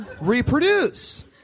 reproduce